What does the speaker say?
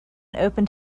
opened